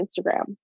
Instagram